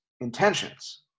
intentions